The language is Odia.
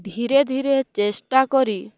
ଧୀରେ ଧୀରେ ଚେଷ୍ଟା କରି